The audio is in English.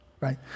right